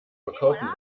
verkaufen